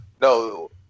no